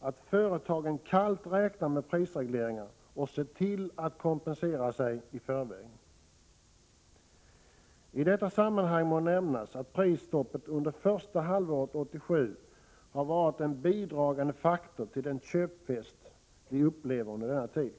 att företagen kallt räknar med prisregleringar och ser till att kompensera sig i förväg. I detta sammanhang må nämnas att prisstoppet under första halvåret 1987 har varit en bidragande faktor till den köpfest vi upplevt under denna tid.